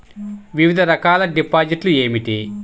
వివిధ రకాల డిపాజిట్లు ఏమిటీ?